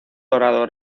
dorado